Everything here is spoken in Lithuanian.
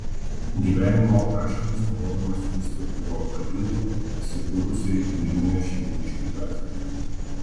gyvenimo aprašymus nurodoma siųsti uab lidl įsikūrusiai vilniuje šeimyniškių gatvėje